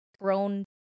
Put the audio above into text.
grown